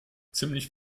ziemlich